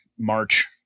march